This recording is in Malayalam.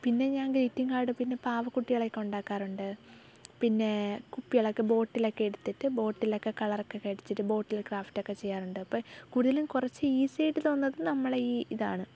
പിന്നെ ഞാൻ ഗ്രീറ്റിങ് കാർഡ് പിന്നെ പാവക്കുട്ടികളെ ഒക്കെ ഉണ്ടാക്കാറുണ്ട് പിന്നേ കുപ്പികൾ ബോട്ടിൽ ഒക്കെ എടുത്തിട്ട് ബോട്ടിൽ ഒക്കെ കളർ ഒക്കെ അടിച്ചിട്ട് ബോട്ടിൽ ക്രാഫ്റ്റ് ഒക്കെ ചെയ്യാറുണ്ട് പിന്നെ കൂടുതലും കുറച്ച് ഈസി ആയിട്ട് തോന്നുന്നത് നമ്മുടെ ഈ ഇതാണ്